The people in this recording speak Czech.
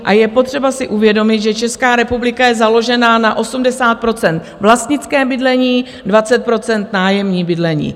A je potřeba si uvědomit, že Česká republika je založená z 80 % na vlastnickém bydlení, 20 % nájemním bydlení.